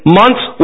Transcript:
months